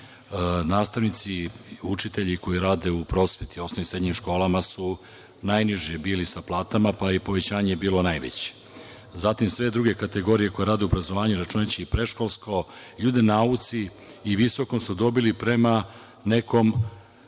Nastavnici i učitelji koji rade u prosveti u osnovnim i srednjim školama su najniži sa platama bili, pa je i povećanje bilo najveće. Zatim, sve druge kategorije koje rade u obrazovanju, računajući i predškolsko, ljudi u nauci i visokom su dobili prema nekom